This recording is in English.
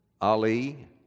Ali